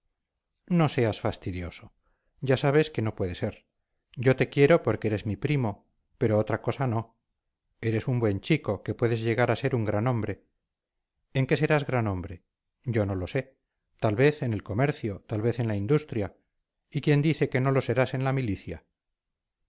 no seas fastidioso ya sabes que no puede ser yo te quiero porque eres mi primo pero otra cosa no eres un buen chico que puedes llegar a ser un gran hombre en qué serás gran hombre yo no lo sé tal vez en el comercio tal vez en la industria y quién dice que no lo serás en la milicia